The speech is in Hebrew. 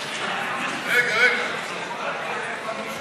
(בוררות), התשע"ה 2015,